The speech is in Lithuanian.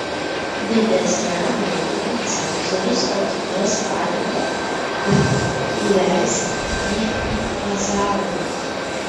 didesniam rutuliui cenzorius atiduos pagarbą ir įleis jį į pasąmonę